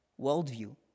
worldview